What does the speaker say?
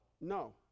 no